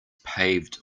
paved